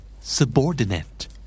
Subordinate